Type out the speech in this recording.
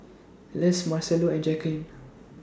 Les Marcello and Jacquelin